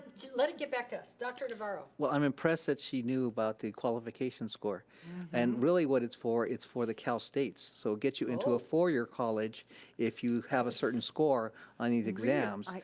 let it get back to us. dr. navarro. well, i'm impressed that she knew about the qualification score and really what it's for, it's for the cal states so it gets you into a four year college if you have a certain score on these exams. like